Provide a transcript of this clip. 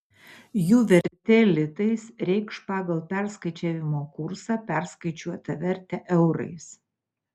jų vertė litais reikš pagal perskaičiavimo kursą perskaičiuotą vertę eurais